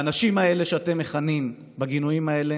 האנשים האלה שאתם מכנים בגינויים האלה